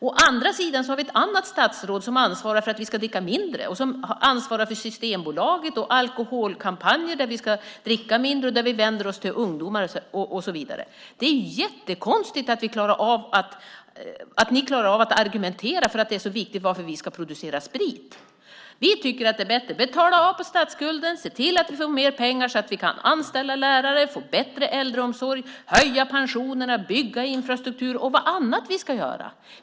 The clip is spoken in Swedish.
Å andra sidan har vi ett statsråd som ansvarar för att vi ska dricka mindre och ansvarar för Systembolaget och för alkoholkampanjer för att vi ska dricka mindre som vänder sig till ungdomar och så vidare. Det är jättekonstigt att ni klarar av att argumentera för hur viktigt det är att vi ska producera sprit. Vi tycker att det är bättre att betala av på statsskulden, att se till att vi får mer pengar så att vi kan anställa fler lärare, få bättre äldreomsorg, höja pensionerna, bygga infrastruktur och vad annat vi ska göra.